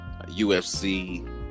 ufc